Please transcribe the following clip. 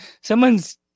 Someone's